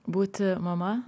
būti mama